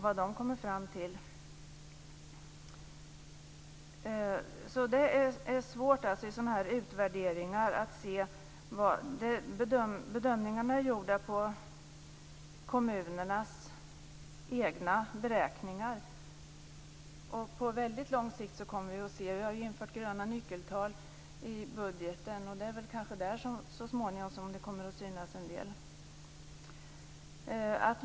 Bedömningarna i de har utvärderingarna är gjorda på kommunernas egna beräkningar. Vi har ju infört gröna nyckeltal i budgeten, och det är kanske där som det så småningom kommer att synas en del.